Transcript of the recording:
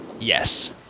Yes